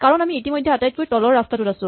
কাৰণ আমি ইতিমধ্যে আটাইতকৈ তলৰ ৰাস্তাটোত আছো